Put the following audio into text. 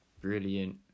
brilliant